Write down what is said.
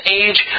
age